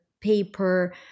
paper